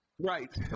Right